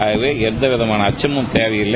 ஆகவே எவ்விதமான அச்சமும் தேவையில்லை